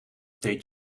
deed